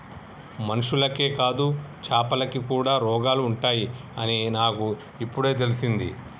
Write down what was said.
మనుషులకే కాదు చాపలకి కూడా రోగాలు ఉంటాయి అని నాకు ఇపుడే తెలిసింది